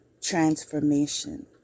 transformation